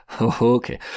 Okay